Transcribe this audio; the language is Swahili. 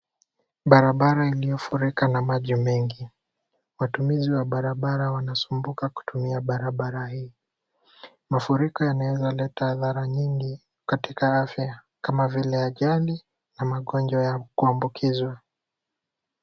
Barabara iliyofurika na maji mengi, watumizi wa barabara wanasumbuka kutumia barabara hii. Mafuriko yanaweza leta hasara nyingi katika afya kama vile ajali na magonjwa ya kuambukizwa.